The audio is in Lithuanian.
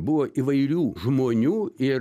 buvo įvairių žmonių ir